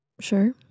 Sure